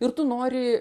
ir tu nori